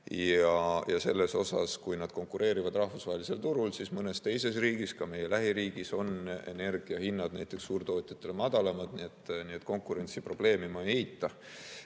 sisendist. Kui nad konkureerivad rahvusvahelisel turul, siis mõnes teises riigis, ka meie lähiriigis, on energiahinnad näiteks suurtootjatele madalamad, nii et konkurentsiprobleemi ma ei eita.